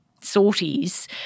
sorties